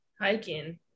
hiking